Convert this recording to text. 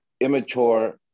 immature